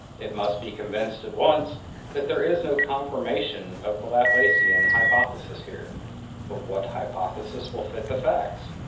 it must be confessed at once that there is no confirmation of the laplacean hypothesis here but what hypothesis will fit the facts?